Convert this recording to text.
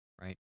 right